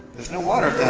there's no water